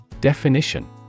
Definition